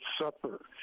Supper